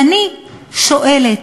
ואני שואלת: